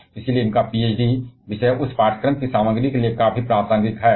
और इसलिए उनका पीएचडी विषय इस पाठ्यक्रम की सामग्री के लिए काफी प्रासंगिक है